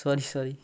sorry sorry